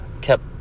kept